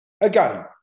Again